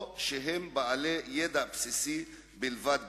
או שהם בעלי ידע בסיסי בלבד בערבית.